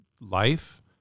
life